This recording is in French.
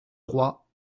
roi